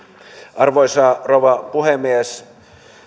arvoisa rouva puhemies kun